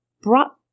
brought